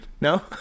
No